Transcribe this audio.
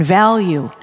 value